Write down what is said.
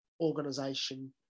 organization